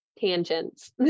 tangents